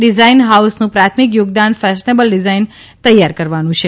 design હાઉસનું પ્રાથમિક યોગદાન ફેશનેબલ ડિઝાઇન તૈયાર કરવાનું છે